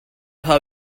how